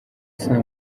saa